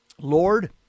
Lord